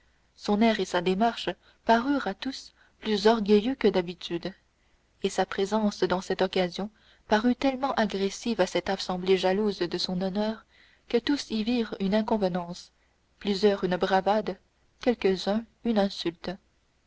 son air et sa démarche parurent à tous plus orgueilleux que d'habitude et sa présence dans cette occasion parut tellement agressive à cette assemblée jalouse de son honneur que tous y virent une inconvenance plusieurs une bravade quelques-uns une insulte